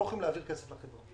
אנחנו לא יכולים להעביר כסף לחברה.